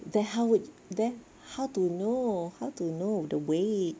then how would then how to know how to know the weight